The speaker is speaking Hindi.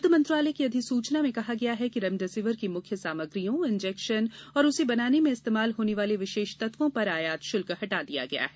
वित्त मंत्रालय की अधिसूचना में कहा गया है कि रेमडेसेविर की मुख्य सामग्रियों इंजेक्शन और उसे बनाने में इस्तेमाल होने वाले विशेष तत्वों पर आयात शुल्क हटा दिया गया है